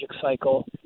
cycle